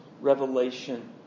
revelation